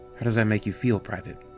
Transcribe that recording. how does that make you feel, private?